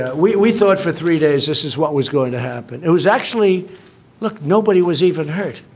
ah we we thought for three days this is what was going to happen. it was actually like nobody was even hurt